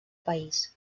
país